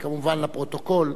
וכמובן לפרוטוקול,